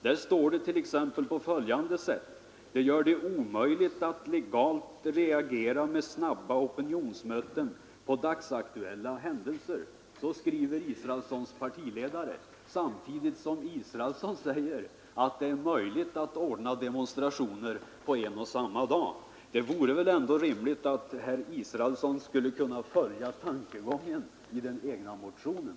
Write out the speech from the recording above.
Där står följande: ”De gör det omöjligt att legalt reagera med snabba opinionsmöten på dagsaktuella händelser.” Så skriver herr Israelssons partiledare, samtidigt som herr Israelsson säger att det är möjligt att ordna demonstrationer och få tillstånd på en och samma dag. Det är väl ändå en rimlig begäran att herr Israelsson skulle kunna följa tankegången i den egna motionen.